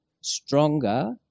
stronger